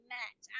met